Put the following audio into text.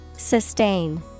Sustain